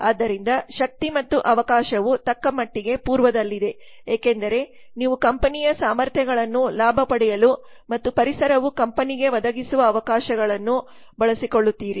ಆದ್ದರಿಂದ ಶಕ್ತಿ ಮತ್ತು ಅವಕಾಶವು ತಕ್ಕಮಟ್ಟಿಗೆ ಪೂರ್ವದಲ್ಲಿದೆ ಏಕೆಂದರೆ ನೀವು ಕಂಪನಿಯ ಸಾಮರ್ಥ್ಯಗಳನ್ನು ಲಾಭ ಪಡೆಯಲು ಮತ್ತು ಪರಿಸರವು ಕಂಪನಿಗೆ ಒದಗಿಸುವ ಅವಕಾಶಗಳನ್ನು ಬಳಸಿಕೊಳ್ಳುತ್ತೀರಿ